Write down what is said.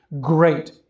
great